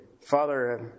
Father